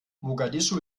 mogadischu